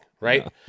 right